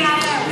עד שאני אעלה.